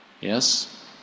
Yes